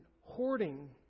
hoarding